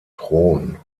thron